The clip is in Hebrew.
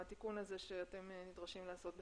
התיקון הזה שאתם נדרשים לעשות.